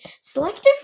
Selective